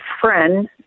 friend